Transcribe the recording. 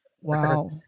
Wow